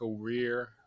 career